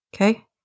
Okay